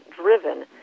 driven